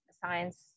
science